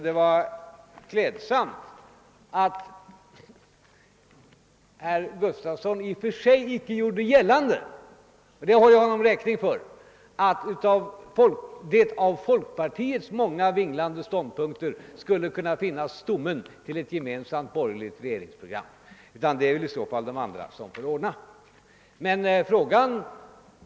Det var klädsamt att herr Gustafson i Göteborg i och för sig inte gjorde gällande — jag håller honom räkning för det — att folkpartiets många vinglande ståndpunkter skulle bilda stommen i ett gemensamt borgerligt regeringsprogram. Det är i så fall något som de andra får ordna.